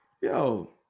yo